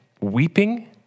weeping